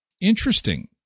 Interesting